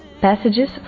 passages